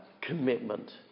commitment